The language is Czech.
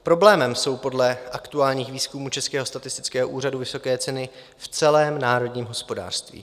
Problémem jsou podle aktuálních výzkumů Českého statistického úřadu vysoké ceny v celém národním hospodářství.